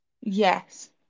Yes